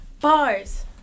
Bars